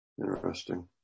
Interesting